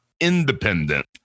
independent